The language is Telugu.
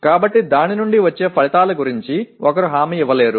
కాబట్టి దాని నుండి వచ్చే ఫలితాల గురించి ఒకరు హామీ ఇవ్వలేరు